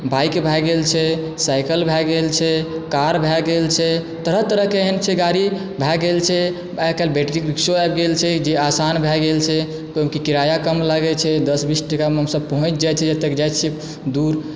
bike भै गेल छै सायकल भै गेल छै कार भै गेल छै तरह तरहके एहन छै गाड़ी भै गेल छै आइ काल्हि बैटरी रिक्सो आबि गेल छै जे आसान भै गेल छै ओहिके किराया कम लागैत छै दस बीस टकामे हमसभ पहुँच जैत छियै जतय जाय छियै दूर